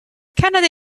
canada